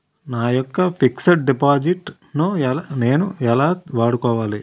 నా యెక్క fixed deposit ను నేను ఎలా వాడుకోవాలి?